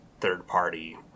third-party